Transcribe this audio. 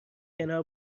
کنار